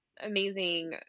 amazing